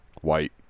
White